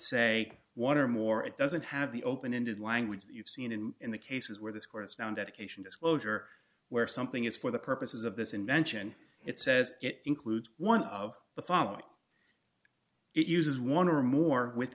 say one or more it doesn't have the open ended language that you've seen and in the cases where this court is no indication disclosure where something is for the purposes of this invention it says it includes one of the following it uses one or more with